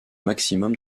maximum